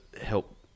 help